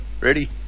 Ready